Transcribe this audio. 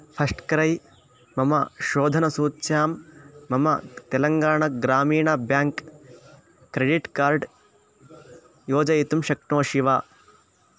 फ़स्ट्क्रै मम शोधनसूच्यां मम तेलङ्गाणग्रामीण बेङ्क् क्रेडिट् कार्ड् योजयितुं शक्नोषि वा